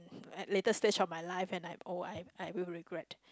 latest stage of my life and I'm old I I will regret